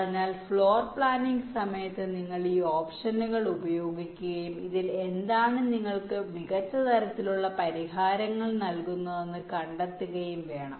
അതിനാൽ floor planning സമയത്ത് നിങ്ങൾ ഈ ഓപ്ഷനുകൾ ഉപയോഗിക്കുകയും ഇതിൽ ഏതാണ് നിങ്ങൾക്ക് മികച്ച തരത്തിലുള്ള പരിഹാരങ്ങൾ നൽകുന്നതെന്ന് കണ്ടെത്തുകയും വേണം